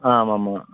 ஆ ஆமாம்மா